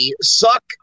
suck